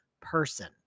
person